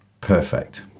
perfect